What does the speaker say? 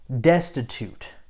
destitute